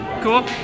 Cool